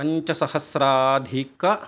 पञ्चसहस्राधिक